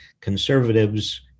conservatives